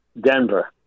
Denver